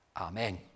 Amen